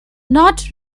not